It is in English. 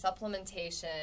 supplementation